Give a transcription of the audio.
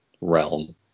realm